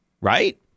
Right